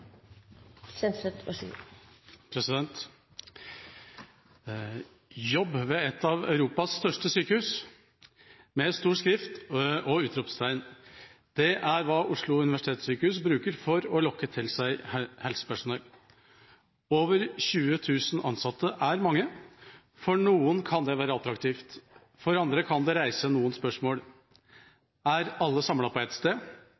ved ett av Europas største sykehus!» – med stor skrift og utropstegn – det er hva Oslo universitetssykehus bruker for å lokke til seg helsepersonell. Over 20 000 ansatte er mange. For noen kan det være attraktivt. For andre kan det reise noen spørsmål. Er alle samlet på ett sted?